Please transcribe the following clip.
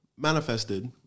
Manifested